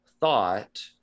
thought